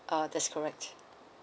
uh that's correct